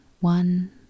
one